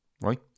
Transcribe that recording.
Right